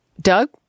Doug